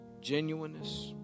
genuineness